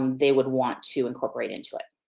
um they would want to incorporate into it.